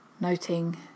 noting